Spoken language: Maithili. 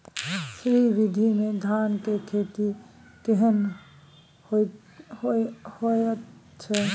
श्री विधी में धान के खेती केहन होयत अछि?